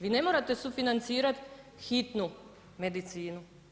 Vi ne morate sufinancirati hitnu medicinu.